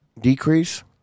decrease